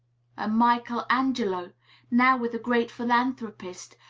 a michel angelo now with a great philanthropist,